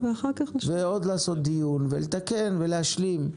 לעשות עוד דיון ולתקן ולהשלים.